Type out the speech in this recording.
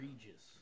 Egregious